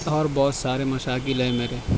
اور بہت سارے مشاغل ہیں میرے